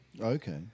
okay